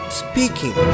speaking